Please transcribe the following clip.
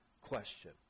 question